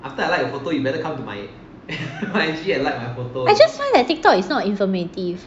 I just find that Tiktok is not informative